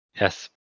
Yes